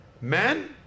Men